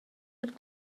mit